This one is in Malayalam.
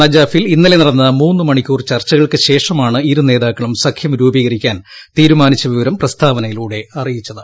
നജാഫിൽ ഇന്നലെ നടന്ന മൂന്ന് മണിക്കൂർ ചർച്ചകൾക്കു ശേഷമാണ് ഇരു നേതാക്കളും സഖ്യം രൂപീകരിക്കാൻ തീരുമനിച്ച വിവരം പ്രസ്താവനയിലൂടെ അറിയിച്ചത്